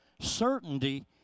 certainty